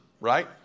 right